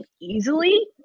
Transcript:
easily